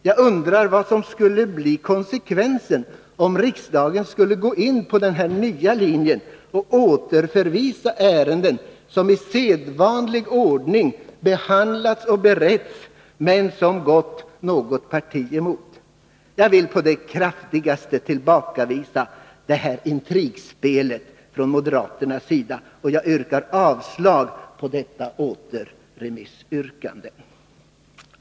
Jag undrar vad som skulle bli konsekvensen om riksdagen skulle gå in på den här nya linjen och återförvisa ärenden som i sedvanlig ordning har behandlats och beretts men som har gått något parti emot. Jag vill på det kraftigaste tillbakavisa det här intrigspelet från moderaterna. Jag yrkar avslag på detta återremissyrkande.